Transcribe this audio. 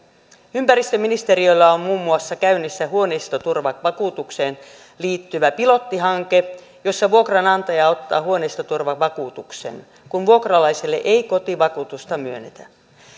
ympäristöministeriöllä on muun muassa käynnissä huoneistoturvavakuutukseen liittyvä pilottihanke jossa vuokranantaja ottaa huoneistoturvavakuutuksen kun vuokralaiselle ei kotivakuutusta myönnetä